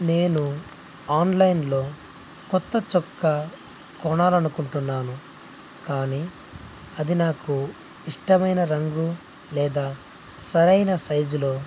నేను ఆన్లైన్లో కొత్త చొక్కా కొనాలి అనుకుంటున్నాను కానీ అది నాకు ఇష్టమైన రంగు లేదా సరైన సైజులో